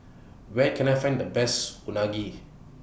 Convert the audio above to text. Where Can I Find The Best Unagi